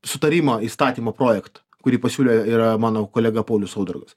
sutarimą įstatymo projektą kurį pasiūlė yra mano kolega paulius saudargas